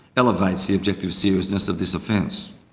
elevates the objective seriousness of this offence.